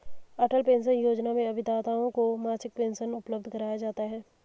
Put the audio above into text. अटल pension योजना में अभिदाताओं को मासिक पेंशन उपलब्ध कराया जाता है